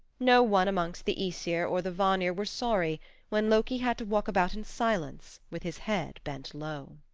no one amongst the aesir or the vanir were sorry when loki had to walk about in silence with his head bent low.